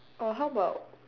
oh how about